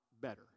better